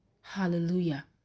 Hallelujah